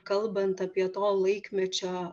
kalbant apie to laikmečio